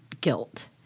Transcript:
guilt